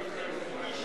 קדימה